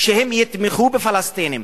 שהם יתמכו בפלסטינים,